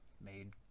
made